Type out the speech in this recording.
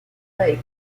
lake